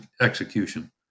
execution